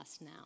now